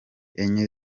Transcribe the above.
enye